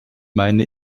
meine